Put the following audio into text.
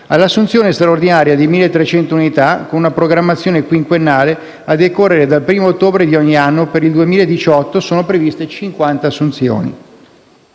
all'assunzione straordinaria di 1.300 unità, con una programmazione quinquennale, a decorrere dal 1° ottobre di ogni anno: per il 2018 sono previste 50 assunzioni;